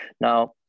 now